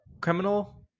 criminal